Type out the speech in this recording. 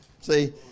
See